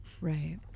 right